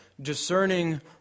discerning